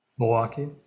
Milwaukee